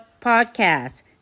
podcast